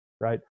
right